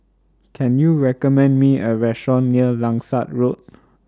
Can YOU recommend Me A Restaurant near Langsat Road